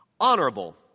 Honorable